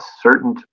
certain